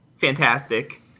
fantastic